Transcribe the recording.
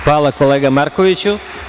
Hvala, kolega Markoviću.